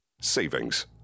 Savings